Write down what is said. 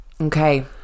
okay